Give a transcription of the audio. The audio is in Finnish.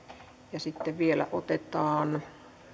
ja sitten vielä otetaan